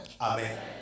Amen